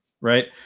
right